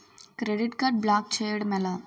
Credit card block చేయడం ఎలా?